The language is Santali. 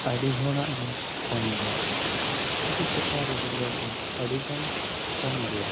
ᱟᱹᱰᱤ ᱦᱚᱲᱟᱜ ᱜᱮ ᱠᱚᱢ ᱜᱮᱭᱟ ᱪᱤᱠᱤ ᱪᱮᱛᱟᱱᱨᱮ ᱫᱩᱞᱟᱹᱲ ᱫᱚ ᱟᱹᱰᱤᱵᱚᱱ ᱠᱚᱢ ᱜᱮᱭᱟ